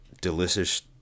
delicious